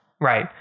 Right